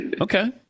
Okay